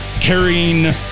carrying